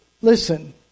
Listen